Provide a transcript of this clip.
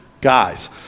guys